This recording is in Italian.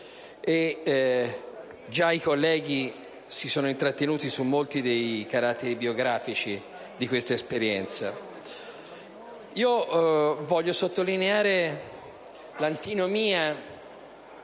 Già i colleghi si sono intrattenuti su molti dei caratteri biografici di questa esperienza.